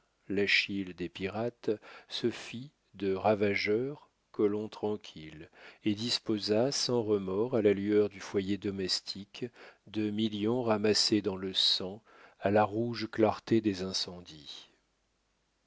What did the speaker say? morgan l'achille des pirates se fit de ravageur colon tranquille et disposa sans remords à la lueur du foyer domestique de millions ramassés dans le sang à la rouge clarté des incendies